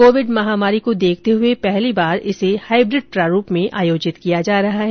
Covid महामारी को देखते हुए पहली बार इसे हाईब्रिड प्रारूप में आयोजित किया जा रहा है